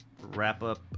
wrap-up